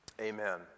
Amen